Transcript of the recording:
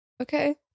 Okay